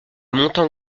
montant